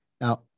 Now